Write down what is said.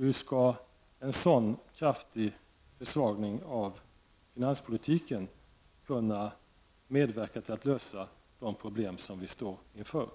Hur skall en sådan kraftig försvagning av finanspolitiken kunna medverka till att lösa de problem som vi står inför?